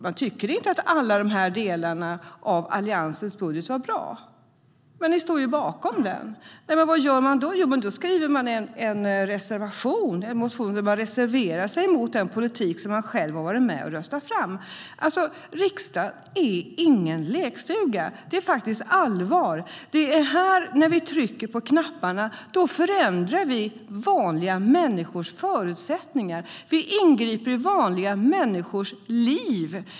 Man tyckte inte att alla delar av Alliansens budget var bra, men ni stod ju bakom den. Vad gör man då? Jo, då skriver man en motion där man reserverar sig mot den politik som man själv har varit med om att rösta fram. Riksdagen är ingen lekstuga, utan här är det allvar. När vi trycker på voteringsknapparna förändrar vi vanliga människors förutsättningar. Vi ingriper i vanliga människors liv.